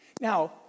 Now